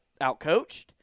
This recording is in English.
outcoached